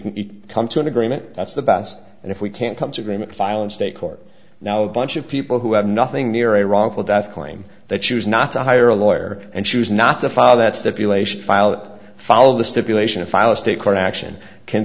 eat come to an agreement that's the best and if we can't come to agreement file and state court now a bunch of people who have nothing near a wrongful death claim that choose not to hire a lawyer and choose not to file that's that violation file follow the stipulation of file a state court action can